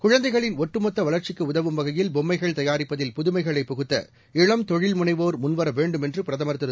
குழந்தைகளின் ஒட்டுமொத்த வளர்ச்சிக்கு உதவும் வகையில் பொம்மைகள் தயாரிப்பதில் புதுமைகளை புகுத்த இளம் தொழில் முனைவோர் முன்வர வேண்டும் என்று பிரதமர் திரு